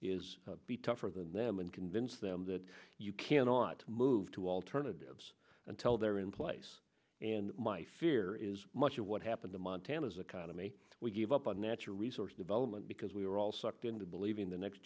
is be tougher than them and convince them that you cannot move to alternatives until they're in place and my fear is much of what happened to montana's economy we gave up on natural resource development because we were all sucked into believing the next